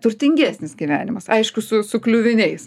turtingesnis gyvenimas aišku su su kliuviniais